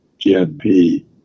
GNP